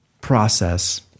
process